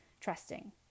trusting